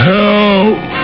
Help